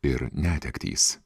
ir netektys